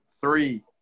three